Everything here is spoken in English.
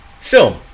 Film